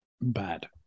bad